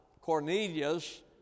Cornelius